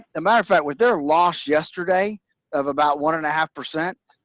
a matter of fact, with their loss yesterday of about one-and-a-half percent,